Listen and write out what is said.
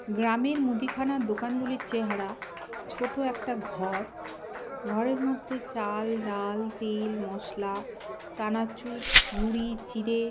গ্রামের মুদিখানার দোকানগুলির চেহারা ছোট একটা ঘর ঘরের মধ্যে চাল ডাল তেল মশলা চানাচুর মুড়ি চিঁড়ে